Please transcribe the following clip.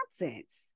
nonsense